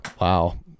Wow